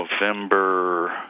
November